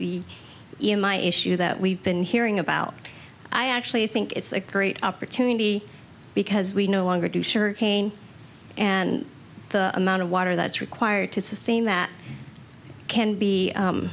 the e m i issue that we've been hearing about i actually think it's a great opportunity because we no longer do sure again and the amount of water that's required to sustain that can be u